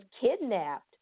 kidnapped